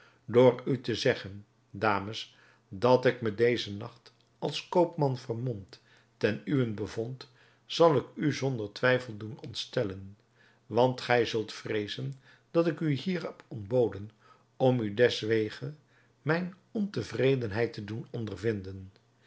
door u te zeggen dames dat ik me dezen nacht als koopman vermomd ten uwent bevond zal ik u zonder twijfel doen ontstellen want gij zult vreezen dat ik u hier heb ontboden om u deswege mijne ontevredenheid te doen ondervinden